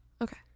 Okay